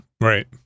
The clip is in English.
Right